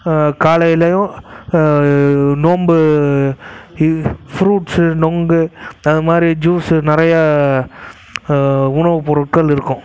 காலையிலேயும் நோன்பு ஃப்ரூட்ஸு நுங்கு அதை மாதிரி ஜூஸு நிறையா உணவு பொருட்கள் இருக்கும்